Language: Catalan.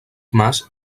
mas